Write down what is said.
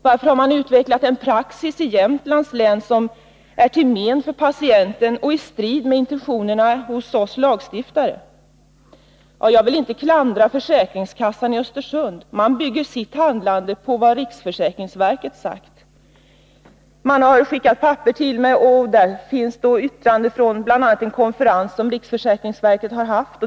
Varför har man utecklat en praxis i Jämtlands län som är till men för patienten och står i strid med intentionerna hos oss lagstiftare? Jag vill inte klandra försäkringskassan i Östersund. Man bygger sitt handlande på vad riksförsäkringsverket sagt. Man har skickat papper till mig, bl.a. ett yttrande från en konferens som riksförsäkringsverket hållit.